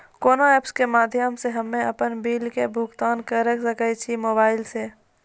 कोना ऐप्स के माध्यम से हम्मे अपन बिल के भुगतान करऽ सके छी मोबाइल से?